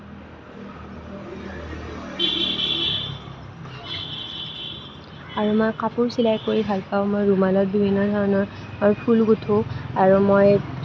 আৰু মই কাপোৰ চিলাই কৰি ভাল পাওঁ মই ৰুমালত বিভিন্ন ধৰণৰ ফুল গোঠোঁ আৰু মই